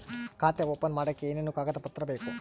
ಖಾತೆ ಓಪನ್ ಮಾಡಕ್ಕೆ ಏನೇನು ಕಾಗದ ಪತ್ರ ಬೇಕು?